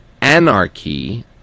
anarchy